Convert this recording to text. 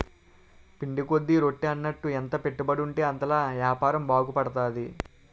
పిండి కొద్ది రొట్టి అన్నట్టు ఎంత పెట్టుబడుంటే అంతలా యాపారం బాగుపడతది